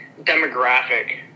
demographic